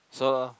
so